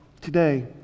today